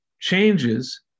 changes